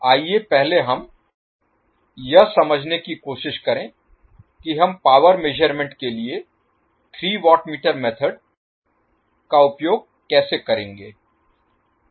आइए पहले हम यह समझने की कोशिश करें कि हम पावर मेज़रमेंट के लिए 3 वाट मीटर मेथड का उपयोग कैसे करेंगे